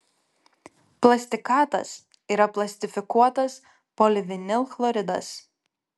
plastikatas yra plastifikuotas polivinilchloridas